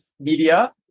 media